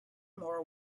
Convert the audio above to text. more